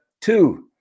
two